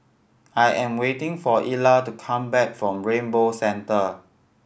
I am waiting for Ella to come back from Rainbow Centre